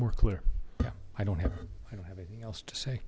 more clear i don't have i don't have anything else to say